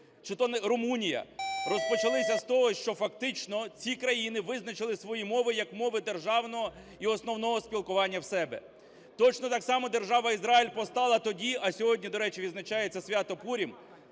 чи то Румунія – розпочалися з того, що фактично ці країни визначили свої мови як мови державного і основного спілкування в себе. Точно так само Держава Ізраїль постала тоді - а сьогодні, до речі, відзначається свято Пурім,